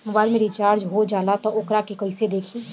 Mobile में recharge हो जाला त वोकरा के कइसे देखी?